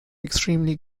extremely